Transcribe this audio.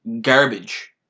garbage